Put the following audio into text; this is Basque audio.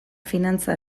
finantza